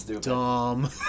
dumb